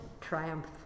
triumph